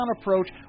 approach